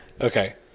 Okay